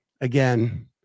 Again